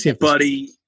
Buddy